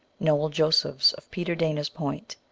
noel josephs, of peter dana s point,